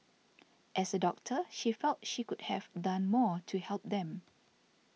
as a doctor she felt she could have done more to help them